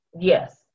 Yes